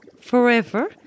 Forever